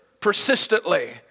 persistently